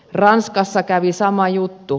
ranskassa kävi sama juttu